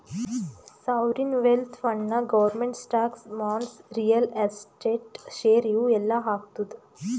sovereign wealth ಫಂಡ್ನಾಗ್ government stocks, bonds, real estate, share ಇವು ಎಲ್ಲಾ ಹಾಕ್ತುದ್